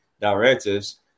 directives